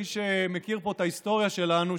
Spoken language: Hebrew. מי שמכיר פה את ההיסטוריה שלנו,